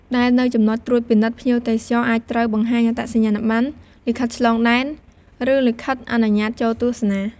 ដែលនៅ ចំណុចត្រួតពិនិត្យ ភ្ញៀវទេសចរណ៍អាចត្រូវបង្ហាញអត្តសញ្ញាណប័ណ្ណ លិខិតឆ្លងដែន ឬលិខិតអនុញ្ញាត ចូលទស្សនា។